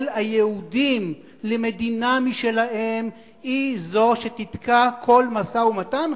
היהודים למדינה משלהם היא זו שתתקע כל משא-ומתן,